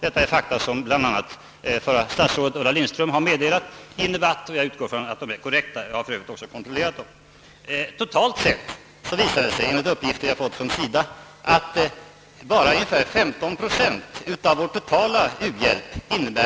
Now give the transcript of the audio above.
Detta är fakta som förra statsrådet Ulla Lindström meddelat i en debatt, och jag utgår från att de är korrekta. Jag har för övrigt kontrollerat dem. Totalt sett visar det sig, enligt uppgifter som jag fått från SIDA, att endast cirka 15 procent av vår totala u-hjälp är en direkt belastning på vår valutareserv. Och av de 65 miljoner i ökning för fältprojekt, som vi diskuterar, drabbar endast cirka 10 procent vår valutareserv.